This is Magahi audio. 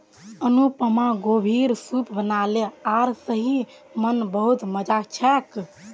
अनुपमा गोभीर सूप बनाले आर सही म न बहुत मजा छेक